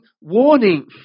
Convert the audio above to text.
warning